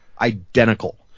identical